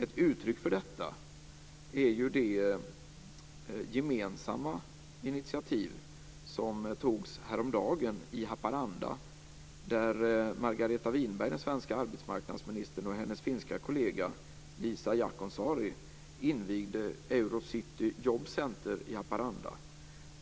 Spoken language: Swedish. Ett uttryck för detta är ju det gemensamma initiativ som togs häromdagen, då Margareta Winberg, den svenska arbetsmarknadsministern, och hennes finska kollega Liisa Det